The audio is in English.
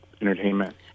entertainment